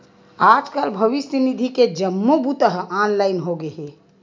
आजकाल भविस्य निधि के जम्मो बूता ह ऑनलाईन होगे हे